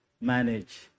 manage